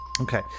Okay